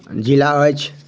जिला अछि